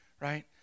right